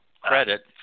credit